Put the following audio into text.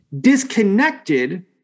disconnected